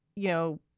you know,